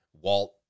Walt